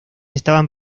estaban